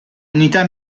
unità